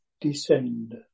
descend